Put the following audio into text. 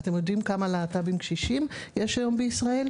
אתם יודעים כמה להט"בים קשישים יש היום בישראל?